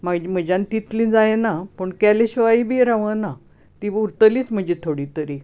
म्हज्यान तितलें जायना पूण केल्या शिवाय बीन रावना ती उरतलीच म्हजी थोडी तरी